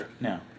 No